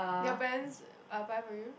their Vans I buy for you